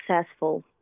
successful